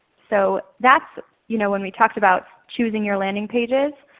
so that's you know when we talked about choosing your landing pages,